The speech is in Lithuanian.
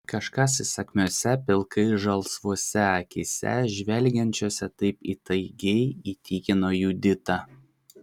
kažkas įsakmiose pilkai žalsvose akyse žvelgiančiose taip įtaigiai įtikino juditą